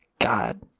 God